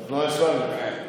התנועה האסלאמית.